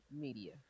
media